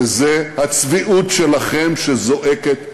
וזה הצביעות שלכם שזועקת לשמים.